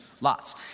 lots